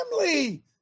family